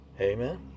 Amen